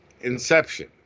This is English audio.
inception